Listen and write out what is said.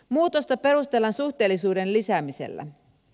muutosta perustellaan suhteellisuuden lisäämisellä